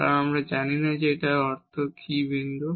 কারণ আমরা জানি না এটার অর্থ কী a b বিন্দু